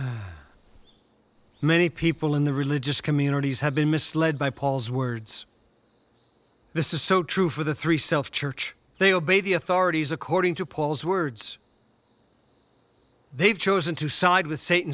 sense many people in the religious communities have been misled by paul's words this is so true for the three self church they obey the authorities according to paul's words they've chosen to side with satan